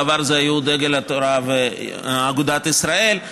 בעבר היו דגל התורה ואגודת ישראל.